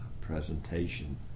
presentation